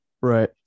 Right